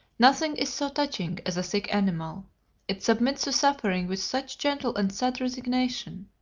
nothing is so touching as a sick animal it submits to suffering with such gentle and sad resignation.